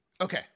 Okay